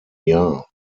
jahr